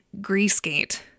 Greasegate